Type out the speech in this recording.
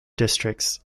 districts